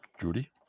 Judy